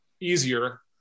easier